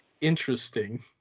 interesting